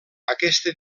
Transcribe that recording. aquesta